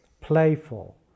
playful